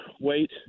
weight